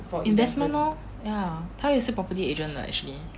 investment loh ya 他也是 property agent 的 actually